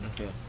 Okay